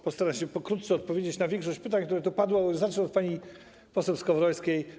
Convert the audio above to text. Postaram się pokrótce odpowiedzieć na większość pytań, które tu padły, ale zacznę od pytania pani poseł Skowrońskiej.